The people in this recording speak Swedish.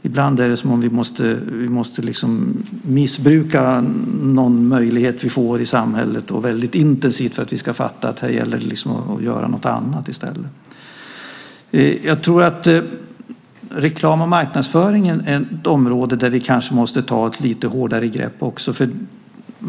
Det känns som om vi först ordentligt måste missbruka en möjlighet i samhället för att alls kunna fatta att här gäller det att i stället göra någonting annat. Reklam och marknadsföring är ett område som vi kanske måste ta ett lite hårdare grepp om.